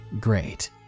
Great